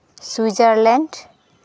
Switzerland